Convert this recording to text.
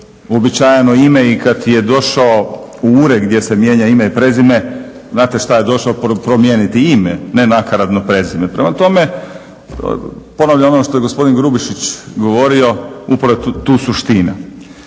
uobičajeno ime i kad je došao u ured gdje se mijenja ime i prezime, znate šta je došao promijeniti ime, ne nakaradno prezime. Prema tome, ponavljam ono što je gospodin Grubišić govorio … /Govornik